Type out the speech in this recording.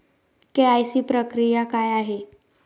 KYC प्रक्रिया काय आहे?